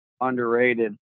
underrated